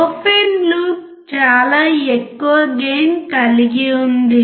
open loop చాలా ఎక్కువ gain కలిగి ఉంది